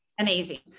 Amazing